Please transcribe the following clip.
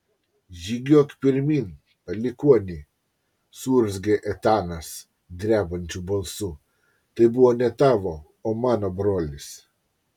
žygiuok pirmyn palikuoni suurzgė etanas drebančiu balsu tai buvo ne tavo o mano brolis